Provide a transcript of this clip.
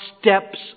steps